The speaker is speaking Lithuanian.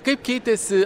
kaip keitėsi